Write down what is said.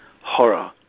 horror